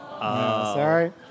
Sorry